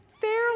fairly